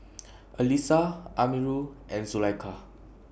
Alyssa Amirul and Zulaikha